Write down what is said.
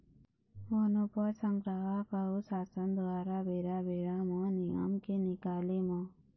बनोपज संग्राहक अऊ सासन दुवारा बेरा बेरा म नियम के निकाले म